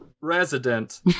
resident